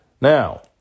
now